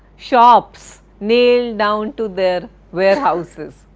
shops nailed down to their warehouses,